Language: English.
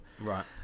Right